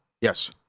Yes